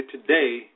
today